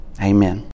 Amen